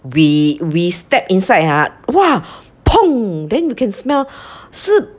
we we step inside ha !wah! then you can smell 是